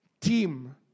team